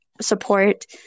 support